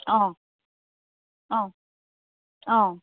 অঁ অঁ অঁ